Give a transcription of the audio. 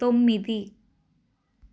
తొమ్మిది